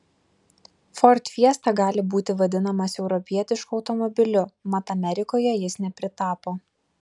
ford fiesta gali būti vadinamas europietišku automobiliu mat amerikoje jis nepritapo